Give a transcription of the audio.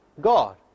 God